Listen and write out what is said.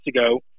ago